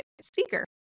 speaker